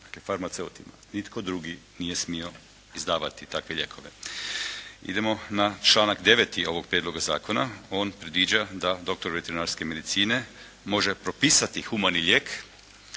dakle farmaceutima. Nitko drugi nije smio izdavati takve lijekove. Idemo na članak 9. ovog prijedloga zakona. On predviđa da doktor veterinarske medicine može propisati humani lijek,